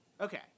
Okay